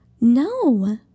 No